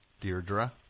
Deirdre